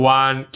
one